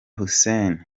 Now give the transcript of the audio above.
hussein